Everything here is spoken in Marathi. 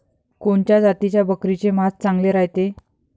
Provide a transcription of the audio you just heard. कोनच्या जातीच्या बकरीचे मांस चांगले रायते?